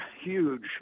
huge